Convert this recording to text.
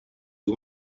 you